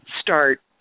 start